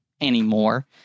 anymore